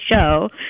show